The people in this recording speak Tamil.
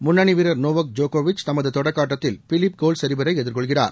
முன்னணி வீரர் நோவக் ஜோக்கோவிட்ச் தமது தொடக்க ஆட்டத்தில் பிலிப் கோல்செரிபரை எதிர்கொள்கிறார்